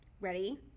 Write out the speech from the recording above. Ready